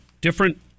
different